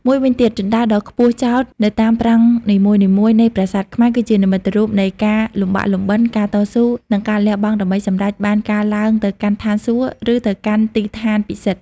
មួយវិញទៀត ជណ្តើរដ៏ខ្ពស់ចោទនៅតាមប្រាង្គនីមួយៗនៃប្រាសាទខ្មែរ គឺជានិមិត្តរូបនៃការលំបាកលំបិន ការតស៊ូ និងការលះបង់ដើម្បីសម្រេចបានការឡើងទៅកាន់ឋានសួគ៌ ឬទៅកាន់ទីឋានពិសិដ្ឋ។